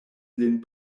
lin